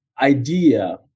idea